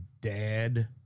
dad